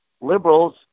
liberals